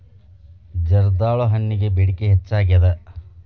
ಜರ್ದಾಳು ಹಣ್ಣಗೆ ಬೇಡಿಕೆ ಹೆಚ್ಚಾಗಿದೆ